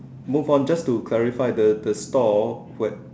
move on just to clarify the the store